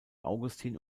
augustin